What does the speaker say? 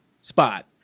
Spot